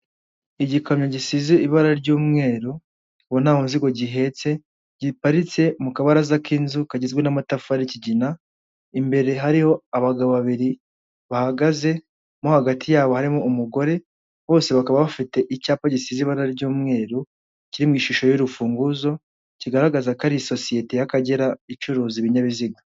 Igikamyo gisize ibara ry'umweru. Ubu nta muzigo gihetse, giparitse mu kabaraza k'inzu kagizwe n'amatafari y'ikigina. Imbere hariho abagabo babiri bahagaze, mo hagati yabo harimo umugore. Bose bakaba bafite icyapa gisize ibara ry'umweru kiri mu ishusho y'urufunguzo, kigaragaza ko ari sosiyete y'Akagera icuruza ibinyabiziga.